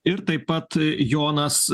ir taip pat jonas